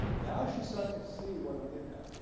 now she's starting to see what i'm getting at.